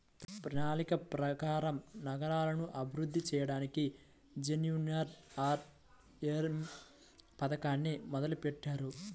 ప్రణాళిక ప్రకారం నగరాలను అభివృద్ధి చెయ్యడానికి జేఎన్ఎన్యూఆర్ఎమ్ పథకాన్ని మొదలుబెట్టారు